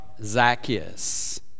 Zacchaeus